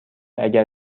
اگر